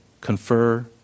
confer